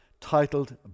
titled